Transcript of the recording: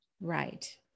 right